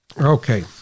Okay